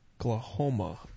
Oklahoma